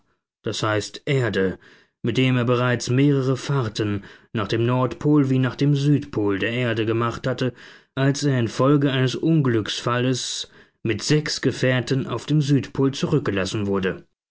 das heißt erde mit dem er bereits mehrere fahrten nach dem nordpol wie nach dem südpol der erde gemacht hatte als er infolge eines unglücksfalls mit sechs gefährten auf dem südpol zurückgelassen wurde